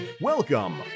Welcome